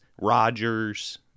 Rodgers